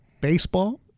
baseball